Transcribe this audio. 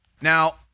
Now